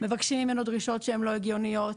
מבקשים ממנו דרישות שהן לא הגיוניות,